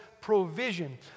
provision